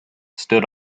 stood